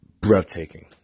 Breathtaking